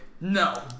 No